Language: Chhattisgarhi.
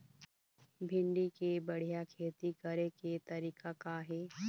भिंडी के बढ़िया खेती करे के तरीका का हे?